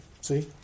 See